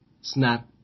snap